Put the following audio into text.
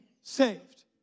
saved